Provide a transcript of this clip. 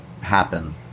happen